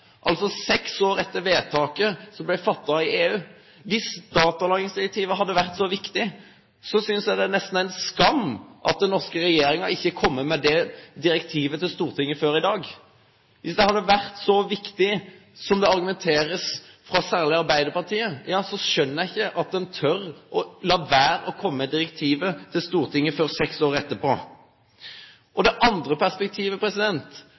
altså seks år etter vedtaket som ble fattet i EU. Hvis datalagringsdirektivet hadde vært så viktig, synes jeg nesten det er en skam at den norske regjeringen ikke har kommet med det direktivet til Stortinget før i dag. Hvis det hadde vært så viktig som det argumenteres for, særlig fra Arbeiderpartiet, så skjønner jeg ikke at en tør å la være å komme med direktivet til Stortinget før seks år etterpå. Det andre perspektivet